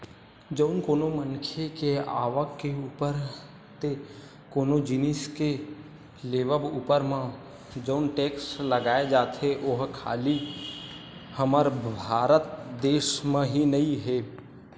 जउन कोनो मनखे के आवक के ऊपर ते कोनो जिनिस के लेवब ऊपर म जउन टेक्स लगाए जाथे ओहा खाली हमर भारत देस म ही नइ हे